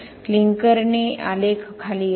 क्लिंकरने आलेख खाली येतो